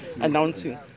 announcing